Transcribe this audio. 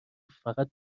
فقط